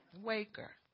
waker